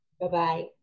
Bye-bye